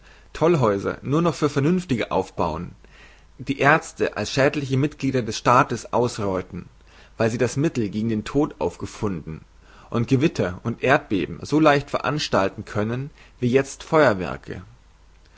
tollhäuser nur noch für vernünftige aufbauen die aerzte als schädliche mitglieder des staates ausreuten weil sie das mittel gegen den tod aufgefunden und gewitter und erdbeben so leicht veranstalten können wie jezt feuerwerke